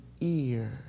ear